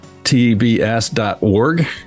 tbs.org